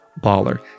baller